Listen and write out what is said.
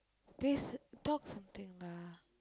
please talk something lah